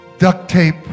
Duct-tape